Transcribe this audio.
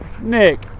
Nick